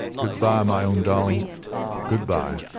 good-bye, my own darlingaeur good-bye.